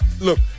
Look